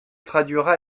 traduira